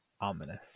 ominous